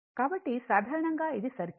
కాబట్టి సాధారణంగా ఇది సర్క్యూట్